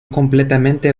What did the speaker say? completamente